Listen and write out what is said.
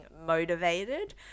motivated